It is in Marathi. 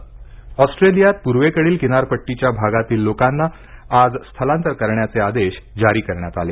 ऑस्ट्रेलिया पूर ऑस्ट्रेलियात पूर्वेकडील किनारपट्टीच्या भागातील लोकांना आज स्थलांतर करण्याचे आदेश जारी करण्यात आले